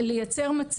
וזה נכון,